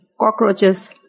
cockroaches